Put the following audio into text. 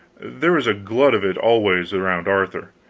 there was a glut of it always around arthur.